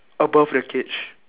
above the cage